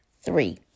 Three